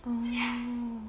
oh ya